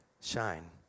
shine